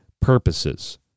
purposes